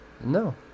No